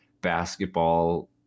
basketball